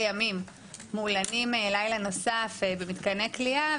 ימים מול לנים לילה נוסף במתקני כליאה,